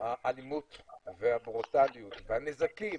האלימות והברוטליות והנזקים